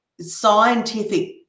scientific